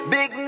Big